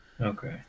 Okay